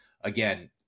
again